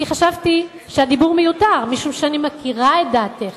כי חשבתי שהדיבור מיותר, משום שאני מכירה את דעתך.